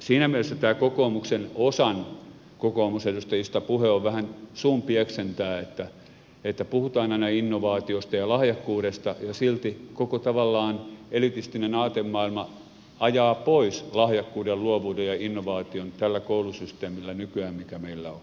siinä mielessä tämä kokoomuksen osan kokoomusedustajista puhe on vähän suun pieksentää että puhutaan aina innovaatiosta ja lahjakkuudesta ja silti koko tavallaan elitistinen aatemaailma ajaa pois lahjakkuuden luovuuden ja innovaation tällä koulutussysteemillä nykyään mikä meillä on